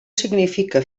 significa